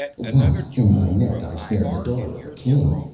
once in my net i snared the daughter of a king.